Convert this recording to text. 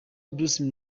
bruce